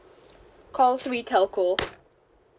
call three telco